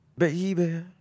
Baby